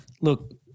Look